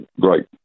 great